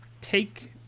take